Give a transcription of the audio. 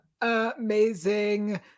Amazing